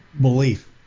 belief